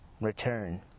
Return